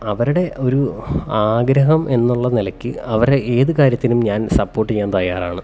അവരുടെ ഒരൂ ആഗ്രഹം എന്നുള്ള നിലയ്ക്ക് അവരുടെ ഏതു കാര്യത്തിനും ഞാൻ സപ്പോർട്ട് ചെയ്യാൻ തയ്യാറാണ്